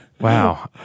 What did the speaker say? Wow